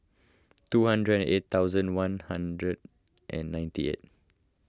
two hundred and eight thousand one hundred and ninety eight